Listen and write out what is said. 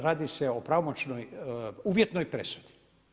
Radi o pravomoćnoj, uvjetnoj presudi.